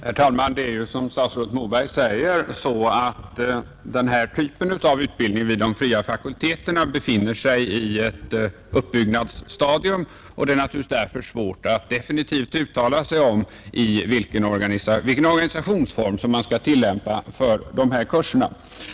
Herr talman! Det är som statsrådet Moberg säger, att denna typ av utbildning vid de fria fakulteterna befinner sig i ett uppbyggnadsstadium, och det är naturligtvis därför svårt att definitivt uttala sig om vilken organisationsform som skall tillämpas för kurserna.